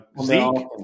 Zeke